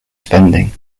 spending